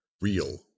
real